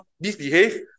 misbehave